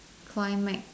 climax